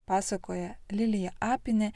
pasakoja lilija apini